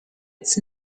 its